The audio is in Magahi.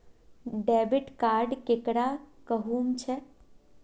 डेबिट कार्ड केकरा कहुम छे?